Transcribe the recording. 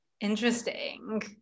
interesting